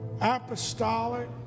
apostolic